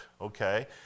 okay